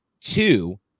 Two